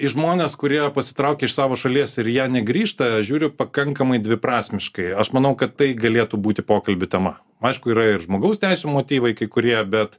į žmones kurie pasitraukė iš savo šalies ir jie negrįžta žiūriu pakankamai dviprasmiškai aš manau kad tai galėtų būti pokalbių tema aišku yra ir žmogaus teisių motyvai kurie bet